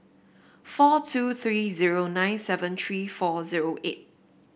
four two three zero nine seven three four zero eight